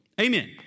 Amen